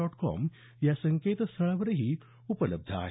dot com या संकेतस्थळावरही उपलब्ध आहे